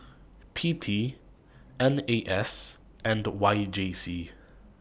P T N A S and Y J C